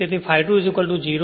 તેથી ∅ 2 0